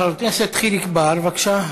חבר הכנסת חיליק בר, בבקשה.